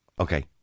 okay